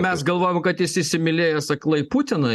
mes galvojam kad jis įsimylėjęs aklai putiną